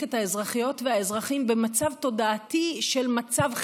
את האזרחיות ואת האזרחים במצב תודעתי של מצב חירום.